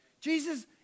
Jesus